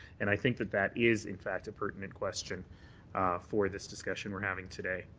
and i think that that is in fact a pertinent question for this discussion we're having today.